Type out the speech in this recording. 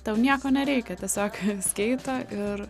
tau nieko nereikia tiesiog skeito ir